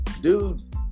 dude